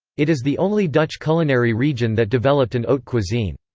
it is the only dutch culinary region that developed an haute cuisine.